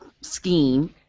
scheme